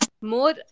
more